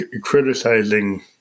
Criticizing